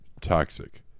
toxic